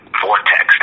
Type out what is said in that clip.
vortex